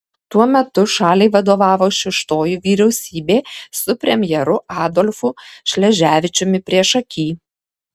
tuo metu šaliai vadovavo šeštoji vyriausybė su premjeru adolfu šleževičiumi priešaky